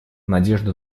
надежды